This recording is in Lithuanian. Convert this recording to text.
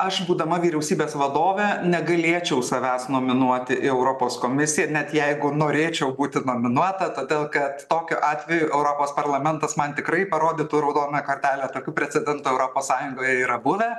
aš būdama vyriausybės vadove negalėčiau savęs nominuoti į europos komisiją net jeigu norėčiau būti nominuota todėl kad tokiu atveju europos parlamentas man tikrai parodytų raudoną kortelę tokių precedentų europos sąjungoje yra buvę